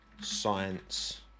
science